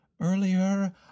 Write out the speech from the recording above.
Earlier